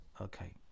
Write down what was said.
Okay